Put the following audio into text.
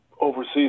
overseas